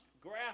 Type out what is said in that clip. graph